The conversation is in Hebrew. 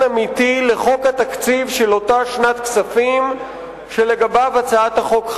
אמיתי לחוק התקציב של אותה שנת כספים שלגביו הצעת החוק חלה.